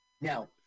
Now